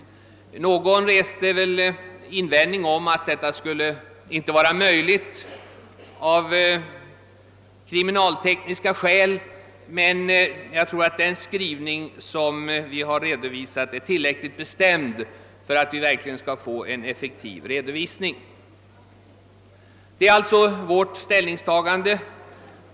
Någon kan invända att det av kriminaltekniska skäl inte skulle vara möjligt att redovisa detta öppet. Men jag tror att vår skrivning är tillräckligt bestämd för att vi verkligen skall få en effektiv redovisning. Det är alltså vårt ställningstagande.